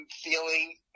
feeling